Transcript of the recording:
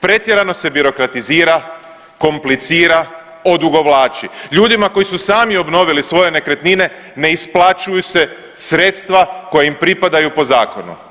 Pretjerano se birokratizira, komplicira, odugovlači ljudima koji su sami obnovili svoje nekretnine ne isplaćuju se sredstva koja im pripadaju po zakonu.